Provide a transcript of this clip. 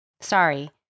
Sorry